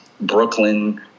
brooklyn